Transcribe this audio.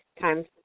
times